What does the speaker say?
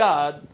God